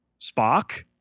Spock